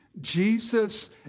Jesus